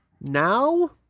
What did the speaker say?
Now